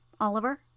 Oliver